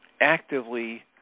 actively